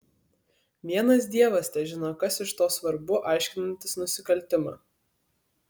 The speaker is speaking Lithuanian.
vienas dievas težino kas iš to svarbu aiškinantis nusikaltimą